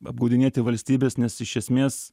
apgaudinėti valstybės nes iš esmės